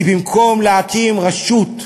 כי במקום להקים רשות,